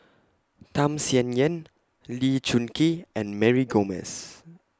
Tham Sien Yen Lee Choon Kee and Mary Gomes